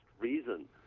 reason